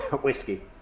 Whiskey